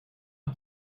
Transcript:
hat